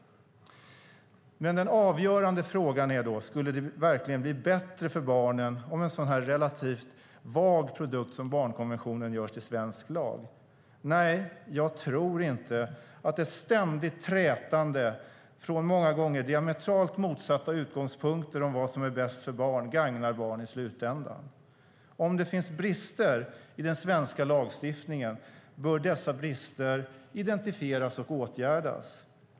Den avgörande frågan är dock: Skulle det verkligen bli bättre för barnen om en sådan här relativt vag produkt som barnkonventionen görs till svensk lag. Jag tror inte att ett ständigt trätande från många gånger diametralt motsatta utgångspunkter om vad som är bäst för barn gagnar barn i slutändan. Om det finns brister i den svenska lagstiftningen bör dessa brister identifieras och åtgärdas.